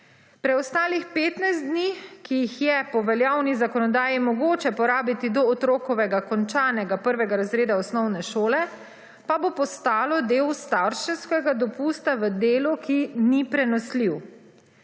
preostalih 15 dni, ki jih je v po veljavni zakonodaji mogoče porabiti do otrokovega končanega prvega razreda osnovne šole, pa bo postalo del starševskega dopusta v delu, ki ni prenosljiv.